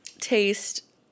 taste